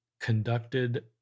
conducted